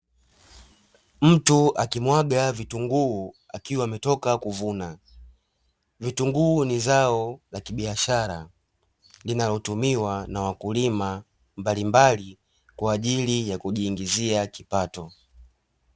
Mtu akimwaga vitunguu akiwa ametoka kuvuna, vitunguu ni zao la kibiashara linalotumiwa na wakulima mbalimbali kwajili ya kujiingizia kipato.